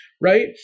right